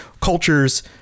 cultures